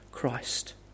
Christ